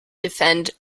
defend